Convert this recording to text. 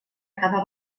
cada